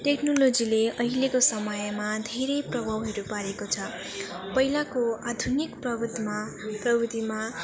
टेक्नोलोजीले अहिलेको समयमा धेरै प्रभावहरू पारेको छ पहिलाको आधुनिक प्रविधिमा प्रविधिमा